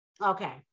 Okay